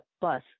bus